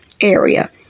area